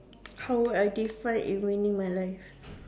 how would I define in winning my life